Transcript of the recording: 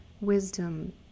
wisdom